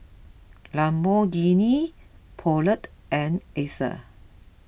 Lamborghini Poulet and Acer